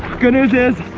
good news is,